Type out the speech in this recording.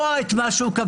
לקבוע את מה שקבע.